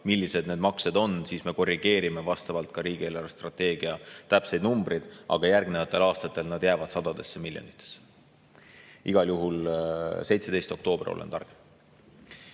millised need maksed on, siis me korrigeerime vastavalt ka riigi eelarvestrateegia täpseid numbreid. Aga järgmistel aastatel need summad jäävad sadadesse miljonitesse. Igal juhul 17. oktoobril olen targem.